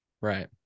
Right